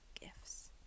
gifts